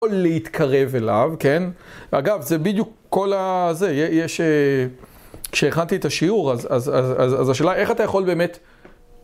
להתקרב אליו כן אגב זה בדיוק כל זה יש כשהכנתי את השיעור אז השאלה איך אתה יכול באמת